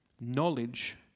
Knowledge